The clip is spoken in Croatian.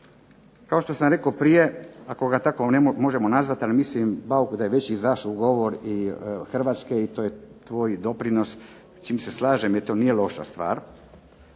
kao što sam rekao prije ako ga tako možemo nazvati, ali mislim Bauk da je već izašao govor Hrvatske i to je tvoj doprinos, s čim s slažem jer to nije loša stvar.